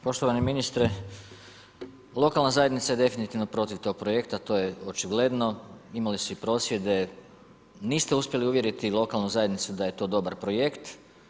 Poštovani ministre, lokalna zajednica je definitivno protiv tog projekta to je očigledno, imali su i prosjede, niste uspjeli uvjeriti lokalnu zajednicu da je to dobar projekt.